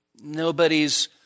Nobody's